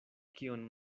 kion